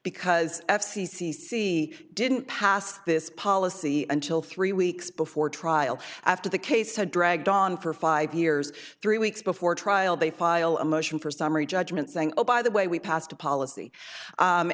because f c c c didn't pass this policy until three weeks before trial after the case had dragged on for five years three weeks before trial they file a motion for summary judgment saying oh by the way we passed a policy